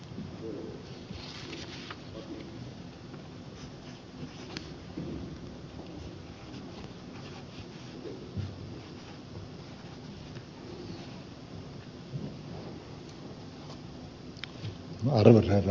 arvoisa herra puhemies